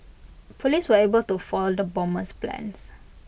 Police were able to foil the bomber's plans